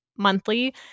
monthly